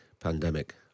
pandemic